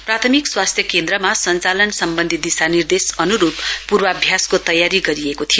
प्राथमिक स्वास्थ्य केन्द्रमा सञ्चालन सम्बन्धी दिशानिर्देशन अनुरूप पूर्वाभ्यासको तयास गरिएको थियो